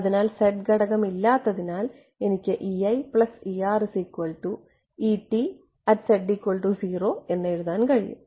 അതിനാൽ z ഘടകം ഇല്ലാത്തതിനാൽ എനിക്ക് എന്ന് എഴുതാൻ കഴിയും